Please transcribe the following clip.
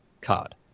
card